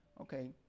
Okay